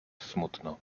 smutno